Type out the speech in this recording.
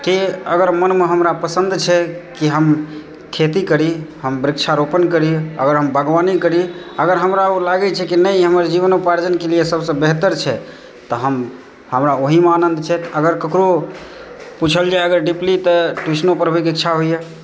कि अगर मनमे हमरा पसन्द छै कि हम खेती करी हम वृक्षारोपण करी अगर हम बागवानी करी अगर हमरा ओ लागै छै की नहि इ हमर जीवन उपार्जनके लिए सभसँ बेहतर छै तऽ हम हमरा ओहिमे आनन्द छथि अगर ककरो पूछल जाए डीपली तऽ ट्युशनो पढ़बैके इच्छा होइए